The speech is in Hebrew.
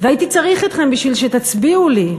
והייתי צריך אתכם בשביל שתצביעו לי.